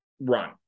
run